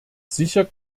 sicher